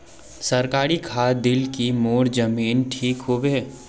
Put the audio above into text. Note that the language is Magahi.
सरकारी खाद दिल की मोर जमीन ठीक होबे?